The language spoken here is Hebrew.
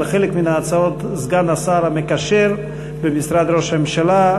על חלק מההצעות סגן השר המקשר במשרד ראש הממשלה,